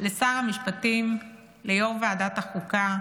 לשר המשפטים, ליו"ר ועדת החוקה,